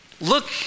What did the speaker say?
Look